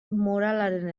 moralaren